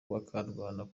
bakarwana